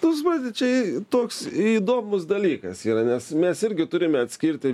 nu suprantat čia toks įdomus dalykas yra nes mes irgi turime atskirti